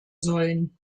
sollen